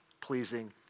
pleasing